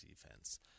defense